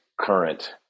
current